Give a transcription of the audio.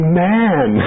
man